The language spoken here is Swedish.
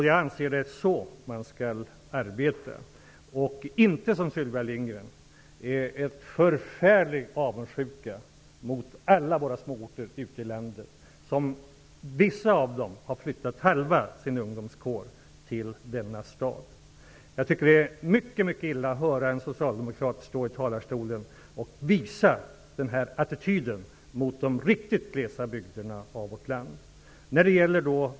Jag anser att det är så man bör arbeta och inte visa, som Sylvia Lindgren, en förfärlig avundsjuka mot alla små orter ute i landet. Vissa av dem har sett halva ungdomskåren flytta till denna stad. Jag tycker att det är mycket illa av en socialdemokrat att stå i talarstolen och visa denna attityd mot de riktigt glesa bygderna av vårt land.